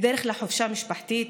בדרך לחופשה משפחתית,